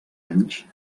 anys